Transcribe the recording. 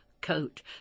coat